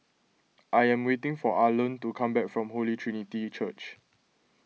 I am waiting for Arlen to come back from Holy Trinity Church